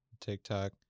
TikTok